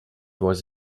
was